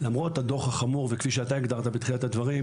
למרות הדוח החמור, וכפי שאתה הגדרת בתחילת הדברים